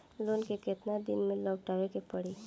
Loan केतना दिन में लौटावे के पड़ी?